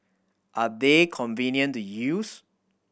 are they convenient to use